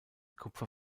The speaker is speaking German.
kupfer